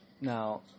Now